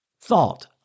thought